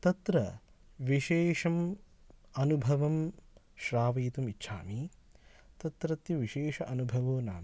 तत्र विशेषम् अनुभवं श्रावयितुम् इच्छामि तत्रत्य विशेष अनुभवो नाम